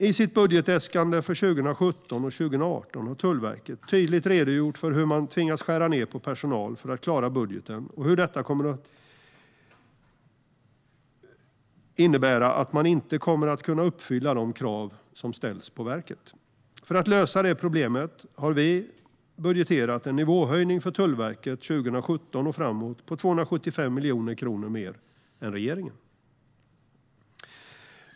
I sitt budgetäskande för 2017 och 2018 har Tullverket tydligt redogjort för hur man tvingas skära ned på personal för att klara budgeten och hur det kommer att innebära att man inte kommer att kunna uppfylla de krav som ställs på verket. För att lösa detta problem har vi budgeterat en nivåhöjning för Tullverket 2017 och framåt på 275 miljoner kronor mer än regeringen.